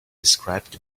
described